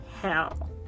hell